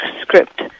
script